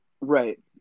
Right